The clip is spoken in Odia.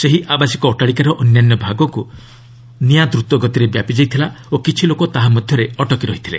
ସେହି ଆବାସିକ ଅଟ୍ଟାଳିକାର ଅନ୍ୟାନ୍ୟ ଭାଗକୁ ଦ୍ରୁତ ଗତିରେ ନିଆଁ ବ୍ୟାପି ଯାଇଥିଲା ଓ କିଛି ଲୋକ ତାହା ମଧ୍ୟରେ ଅଟକି ରହିଥିଲେ